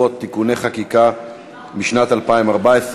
21 בעד, אין מתנגדים, אין נמנעים.